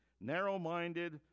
narrow-minded